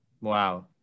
wow